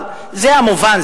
אבל זה המובן.